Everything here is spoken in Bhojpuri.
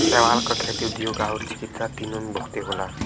शैवाल क खेती, उद्योग आउर चिकित्सा तीनों में बहुते होला